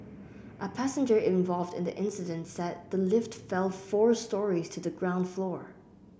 a passenger involved in the incident said the lift fell four storeys to the ground floor